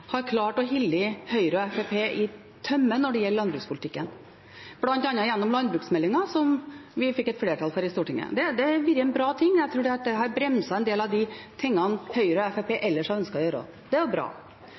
har klart å holde Høyre og Fremskrittspartiet i tømme når det gjelder landbrukspolitikken, bl.a. gjennom landbruksmeldingen som vi fikk et flertall for i Stortinget. Det har vært en bra ting, og jeg tror det har bremset en del av de tingene Høyre og Fremskrittspartiet ellers har ønsket å gjøre. Det er bra.